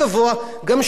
ולכן, לסיום.